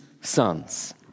sons